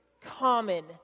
common